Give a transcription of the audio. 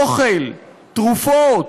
אוכל, תרופות,